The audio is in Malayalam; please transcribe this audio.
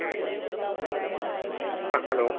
ആ ഹലോ